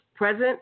Present